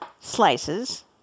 slices